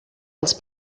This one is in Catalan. els